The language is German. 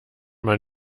man